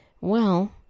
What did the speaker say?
Well